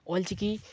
Ol Chiki